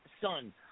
son